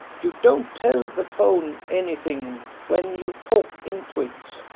you don't tell the phone anything when you talk into it.